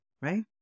right